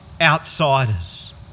outsiders